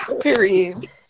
Period